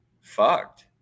fucked